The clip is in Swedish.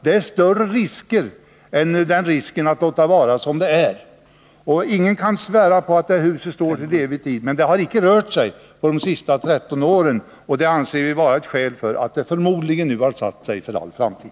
Det är större risk med det än med att låta huset vara som det är. Ingen kan svära på att huset står till evig tid, men när det icke har rört sig under de senaste 13 åren, anser vi det vara bevis på att huset nu förmodligen har satt sig färdigt för all framtid.